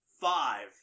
five